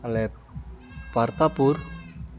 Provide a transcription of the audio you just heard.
ᱟᱞᱮ ᱯᱟᱨᱛᱟᱯᱩᱨ